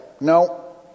No